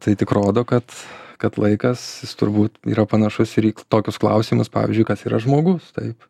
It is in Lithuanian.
tai tik rodo kad kad laikas jis turbūt yra panašus ir į tokius klausimus pavyzdžiui kas yra žmogus taip